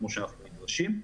כמו שאנחנו נדרשים.